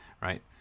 right